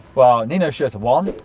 well, nino schurter won,